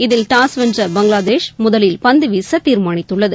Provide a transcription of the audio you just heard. இதில் டாஸ் வென்ற இந்தியா முதலில் பந்து வீச தீர்மானித்துள்ளது